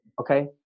Okay